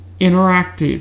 interactive